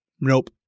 Nope